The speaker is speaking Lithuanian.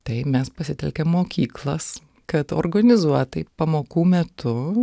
tai mes pasitelkėm mokyklas kad organizuotai pamokų metu